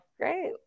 Great